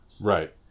right